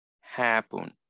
happen